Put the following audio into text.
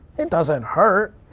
it doesn't hurt.